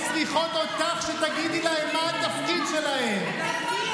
הן צריכות אותך שתגידי להן מה התפקיד שלהן.